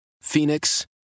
Phoenix